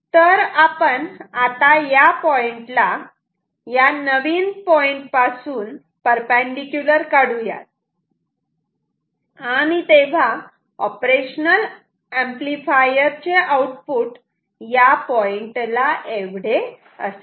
तर आपण आता या पॉईंटला या नवीन पॉइंट पासून परपेंडीकुलर काढूयात आणि तेव्हा ऑपरेशनल ऍम्प्लिफायर चे आउटपुट या पॉइंटला एवढे असेल